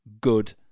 good